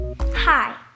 Hi